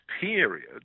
period